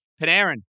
Panarin